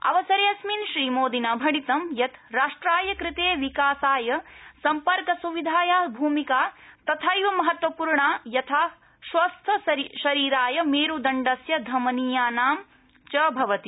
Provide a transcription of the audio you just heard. अवसरेऽस्मिन् श्रीमोदिना भणितं यत् राष्ट्रस्य कृते विकासाय सम्पर्कस्विधाया भूमिका तथैव महत्वपूर्णा यथा स्वस्थशरीराय मेरूदण्डस्य धमनीयानां च भवति